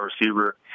receiver